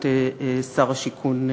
את שר השיכון,